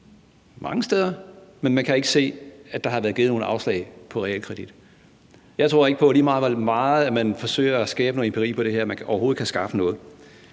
realkredit, men man kan ikke se, at der har været givet nogen afslag på realkredit. Jeg tror ikke på, at man, lige meget hvor meget man forsøger at skabe noget empiri her, overhovedet kan skaffe noget.